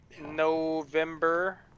November